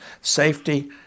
safety